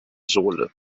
sohle